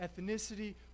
ethnicity